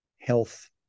health